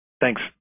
Thanks